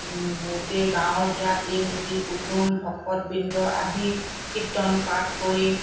গোটেই গাঁৱৰ জ্ঞাতি মিতিৰ কুটুম ভকত বৃন্দ আহি কীৰ্ত্তন পাঠ কৰি